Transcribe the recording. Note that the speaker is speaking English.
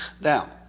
Now